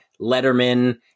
Letterman